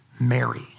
Mary